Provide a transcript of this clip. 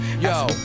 yo